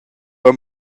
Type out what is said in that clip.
aunc